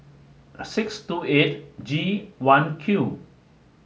six two eight G one Q